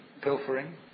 pilfering